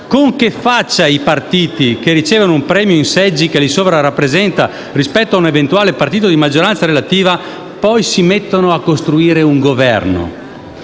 Con che faccia, partiti che ricevono un premio in seggi che li sovrarappresenta rispetto a un eventuale partito di maggioranza relativa, poi si mettono a costruire un Governo?».